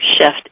shift